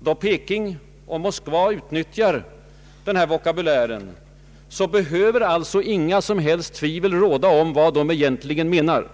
Då Peking och Moskva utnyttjar denna vokabulär, behöver alltså inga som helst tvivel råda om vad som egentligen menas.